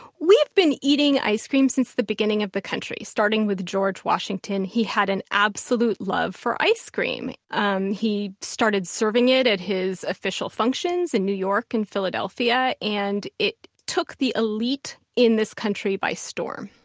we have been eating ice cream since the beginning of the country, starting with george washington. he had an absolute love for ice cream. um he started serving it at his official functions in new york and philadelphia, and it took the elite in this country by storm.